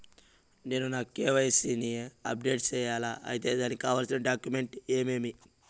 నేను నా కె.వై.సి ని అప్డేట్ సేయాలా? అయితే దానికి కావాల్సిన డాక్యుమెంట్లు ఏమేమీ?